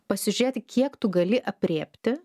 pasižiūrėti kiek tu gali aprėpti